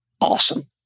awesome